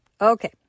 Okay